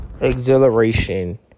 exhilaration